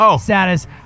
status